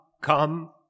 come